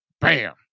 Bam